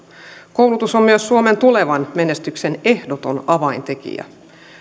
koulutus on myös suomen tulevan menestyksen ehdoton avaintekijä